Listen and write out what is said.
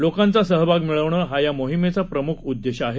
लोकांचा सहभाग मिळवणं हा या मोहिमेचा प्रमुख उद्देश आहे